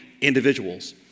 individuals